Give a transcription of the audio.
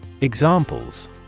Examples